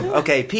okay